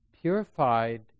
purified